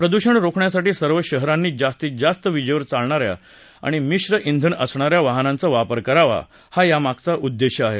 प्रदूषणं रोखण्यासाठी सर्व शहरांनी जास्तीत जास्त विजेवर चालणाऱ्या आणि मिश्र श्वेन असणाऱ्या वाहनांचा वापर करावा हा यामागचा उद्देश आहे